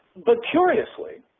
but curiously,